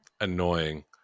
annoying